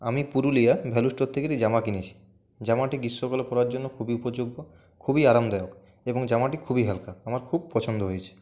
আমি পুরুলিয়ার value store থেকে একটি জামা কিনেছি জামাটি গ্রীষ্মকালে পরার জন্য খুবই উপযোগী খুবই আরামদায়ক এবং জামাটি খুবই হালকা আমার খুব পছন্দ হয়েছে